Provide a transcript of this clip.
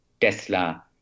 Tesla